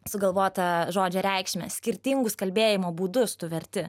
sugalvotą žodžio reikšmę skirtingus kalbėjimo būdus tu verti